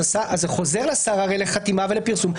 זה חוזר לשר לחתימה ולפרסום,